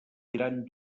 gran